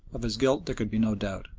of his guilt there could be no doubt,